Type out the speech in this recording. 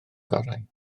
gorau